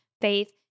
faith